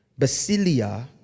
Basilia